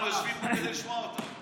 אנחנו יושבים כדי לשמוע אותך.